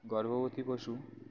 গর্ভবতী পশু